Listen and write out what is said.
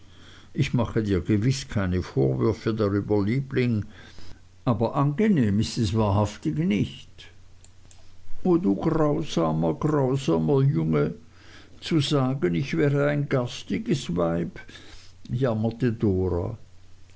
ich mache dir gewiß keine vorwürfe darüber liebling aber angenehm ist es wahrhaftig nicht o du grausamer grausamer junge zu sagen ich wäre ein garstiges weib jammerte dora